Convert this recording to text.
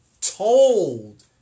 told